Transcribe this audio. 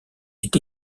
est